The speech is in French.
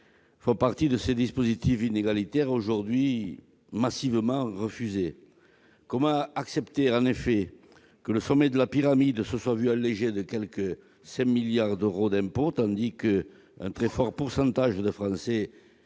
font partie de ces dispositifs inégalitaires aujourd'hui massivement rejetés. Comment accepter, en effet, que le sommet de la pyramide bénéficie d'un allégement d'impôt de quelque 5 milliards d'euros, tandis qu'un très fort pourcentage de Français